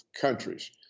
countries